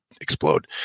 explode